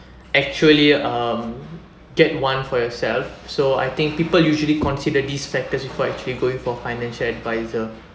actually um get one for yourself so I think people usually consider these factors before actually going for financial adviser